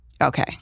okay